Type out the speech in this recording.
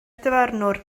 dyfarnwr